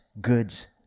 goods